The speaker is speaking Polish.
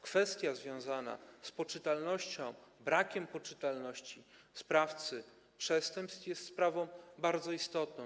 Kwestia związana z poczytalnością, brakiem poczytalności sprawcy przestępstw jest sprawą bardzo istotną.